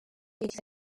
yagize